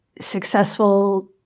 successful